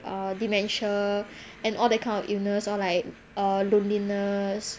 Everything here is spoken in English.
uh dementia and all that kind of illness or like err loneliness